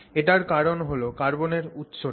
এটার কারণ হল কার্বনের উৎস টা